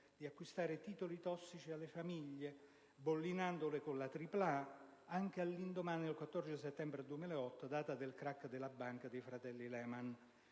di acquistare titoli tossici alle famiglie, bollinandoli con la tripla A anche all'indomani del 14 settembre 2008, data del *crack* della banca dei fratelli Lehman.